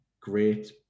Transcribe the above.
great